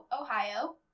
Ohio